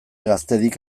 gaztedik